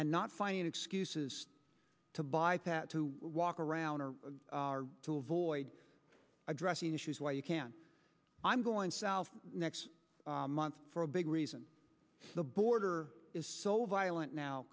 and not finding excuses to buy that to walk around or to avoid addressing issues where you can i'm going south next month for a big reason the border is so violent now